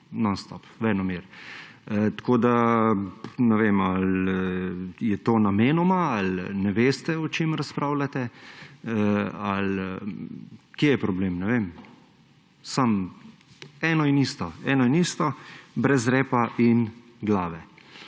nonstop, venomer. Ne vem, ali je to namenoma ali ne veste, o čem razpravljate. Kje je problem? Samo eno in isto, eno in isto brez repa in glave.